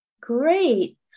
great